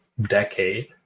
decade